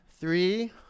Three